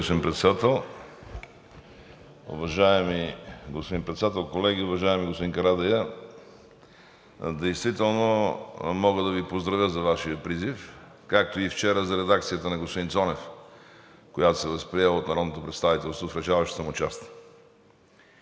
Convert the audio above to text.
Уважаема госпожо Председател, колеги! Уважаеми господин Карадайъ, действително мога да Ви поздравя за Вашия призив, както и вчера за редакцията на господин Цонев, която се възприе от народното представителство, в решаващата му част.